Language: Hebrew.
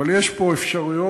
אבל יש פה אפשרויות